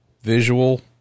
visual